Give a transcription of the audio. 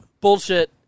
Bullshit